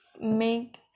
make